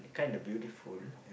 kinda beautiful